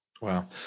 Wow